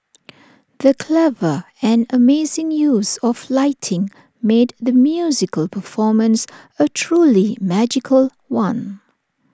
the clever and amazing use of lighting made the musical performance A truly magical one